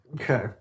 Okay